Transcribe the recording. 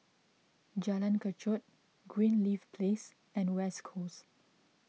Jalan Kechot Greenleaf Place and West Coast